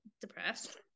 depressed